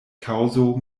kaŭzo